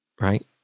right